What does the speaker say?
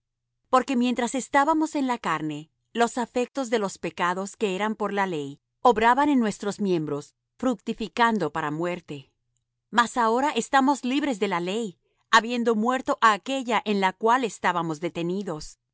porque mientras estábamos en la carne los afectos de los pecados que eran por la ley obraban en nuestros miembros fructificando para muerte mas ahora estamos libres de la ley habiendo muerto á aquella en la cual estábamos detenidos